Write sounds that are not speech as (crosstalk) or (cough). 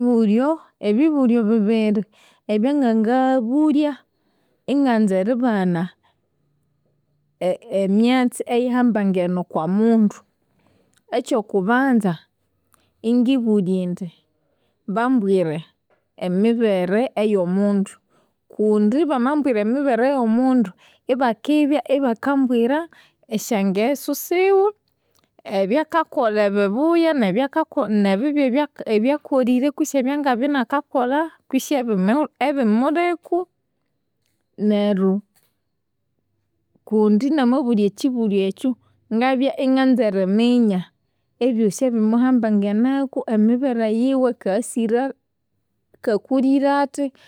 Ebibulyo bibiri ebyangangabulya inganza eribana emya emyatsi eyihambangene okwamundu. Okyokubanza, ingibulya indi bambwire emibere eyomundu kundi bamambwira emibere yomundu ibakendibya ibakambwira esyangesu siwe, ebyakakolha ebibuya, nebyakako nebibi ebyakolire kwisi ebyangabya inakakolha, kwisi ebimuliko, neryo (hesitation) kundi namabulya ekyibulyo ekyo, ngabya inganza eriminya ebyosi ebimuhambangeneku, emibere yiwe, ngasire ngakulire athi.